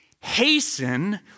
Hasten